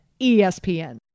ESPN